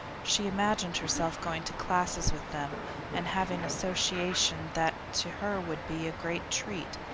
she imagined herself going to classes with them and having association that to her would be a great treat,